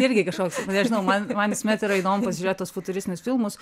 irgi kažkoks nežinau man man visuomet yra įdomu pasižiūrėt tuos futuristinius filmus